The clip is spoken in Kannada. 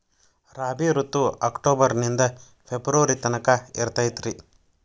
ರಾಬಿ ಋತು ಅಕ್ಟೋಬರ್ ನಿಂದ ಫೆಬ್ರುವರಿ ತನಕ ಇರತೈತ್ರಿ